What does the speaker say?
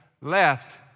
left